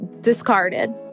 discarded